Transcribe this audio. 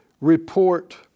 report